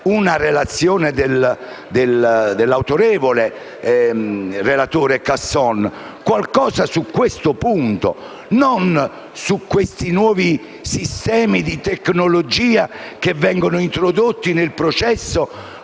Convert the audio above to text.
una relazione dell'autorevole relatore Casson, piuttosto che sui nuovi sistemi di tecnologia che vengono introdotti nel processo,